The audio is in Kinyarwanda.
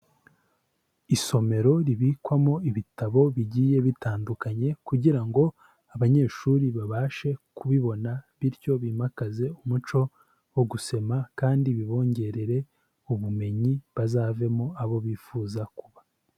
Isomero ribikwamo ibitabo bigiye bitandukanye kugira ngo abanyeshuri babashe kubibona bityo bimakaze umuco wo gusoma kandi bibongerere ubumenyi bazavemo abo bifuza kuba.